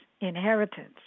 inheritance